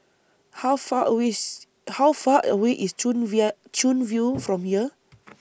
How Far away IS How Far away IS Chuan Chuan View from here